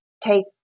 take